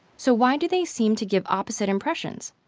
so why do they seem to give opposite impressions?